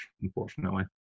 unfortunately